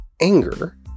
anger